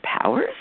powers